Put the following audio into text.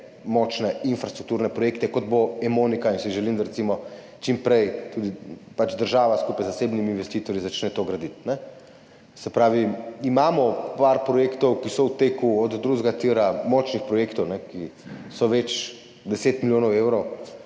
močne infrastrukturne projekte, kot bo Emonika, in si želim, da država čim prej skupaj z zasebnimi investitorji začne to graditi. Se pravi, imamo par projektov, ki so v teku, od drugega tira, močnih projektov, ki so [vredni] več 10 milijonov evrov,